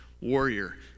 warrior